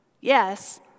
Yes